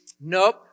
nope